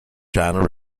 china